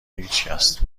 هیچکس